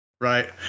right